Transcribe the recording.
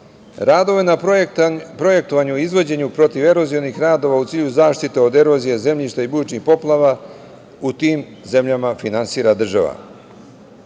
Radove na projektovanju, izvođenju protiv erozirnih radova u cilju zaštite od erozije zemljišta i bujičnih poplava u tim zemljama finansira država. Treba